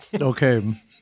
Okay